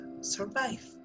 survive